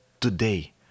today